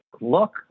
look